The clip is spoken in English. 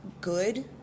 good